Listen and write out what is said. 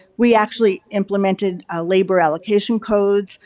we actually implemented ah labor allocation codes,